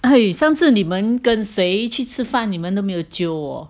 eh 上次你们跟谁去吃饭你们都没有 jio 我